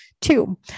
two